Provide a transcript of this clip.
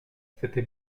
c’était